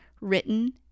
written